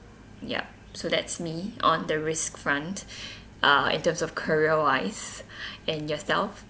yup so that's me on the risk front uh in terms of career wise and yourself